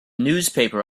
newspaper